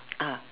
ah